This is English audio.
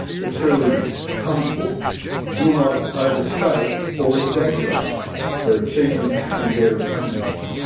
the truly humble will not overstate or exaggerate their achievements and their attainments.